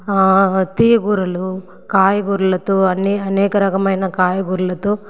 తియ్య గూరలు కాయగూరలతో అన్ని అనేకరకమైన కాయగూరలతో